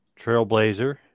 trailblazer